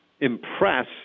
impress